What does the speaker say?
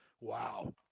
Wow